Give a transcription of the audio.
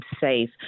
safe